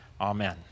Amen